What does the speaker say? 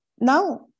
Now